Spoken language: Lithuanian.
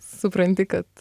supranti kad